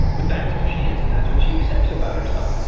but that's who she is, and that's what she accepts about herself.